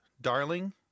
Darling